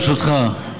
ברשותך,